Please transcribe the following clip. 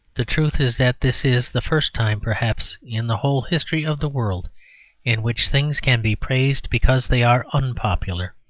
the truth is that this is the first time, perhaps, in the whole history of the world in which things can be praised because they are unpopular.